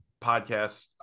podcast